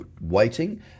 waiting